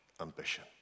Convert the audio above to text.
ambition